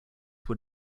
were